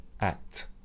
act